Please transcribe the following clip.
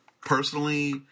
personally